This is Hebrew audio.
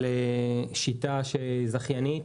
על שיטה שהיא זכיינית,